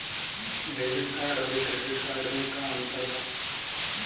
Debit card आउर credit card मे का अंतर बा?